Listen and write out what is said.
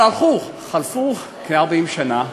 חלפו כ-40 שנה,